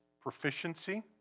proficiency